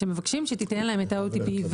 שמבקשים שתיתן להם את ה-OTP,